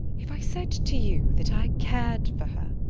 if i said to you that i cared for her,